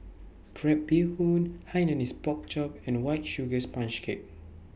Crab Bee Hoon Hainanese Pork Chop and White Sugar Sponge Cake